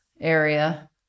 area